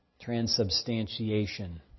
transubstantiation